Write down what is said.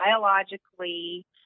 biologically